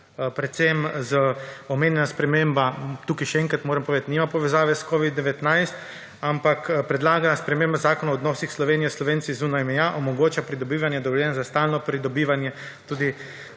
Predvsem omenjena sprememba, tukaj še enkrat moram povedati, nima povezave s COVID-19, ampak predlagana sprememba Zakona o odnosih Slovenije s Slovenci zunaj meja omogoča pridobivanje dovoljenj za stalno pridobivanje tudi